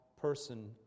person